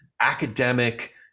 academic